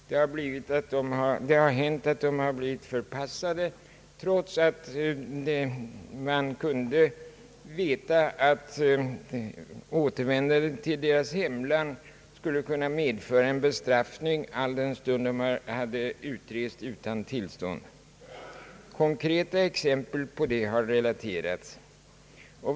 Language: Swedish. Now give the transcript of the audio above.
Det har hänt att de har blivit förpassade, trots att man kunde inse att återvändandet till deras hemland skulle kunna medföra en bestraffning, alldenstund de hade utrest utan tillstånd. Konkreta exempel härpå har relaterats.